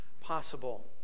possible